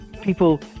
People